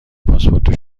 پاسپورت